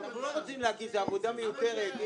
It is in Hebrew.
הישיבה נעולה.